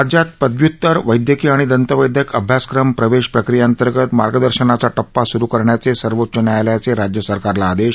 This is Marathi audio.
राज्यात पदव्यत्तर वैद्यकीय आणि दंतवैद्यक अभ्यासक्रम प्रवेश प्रक्रीयेअंतर्गत मार्गदर्शनाचा टप्पा सुरु करण्याचे सर्वोच्च न्यायालयाचे राज्य सरकारला आदेश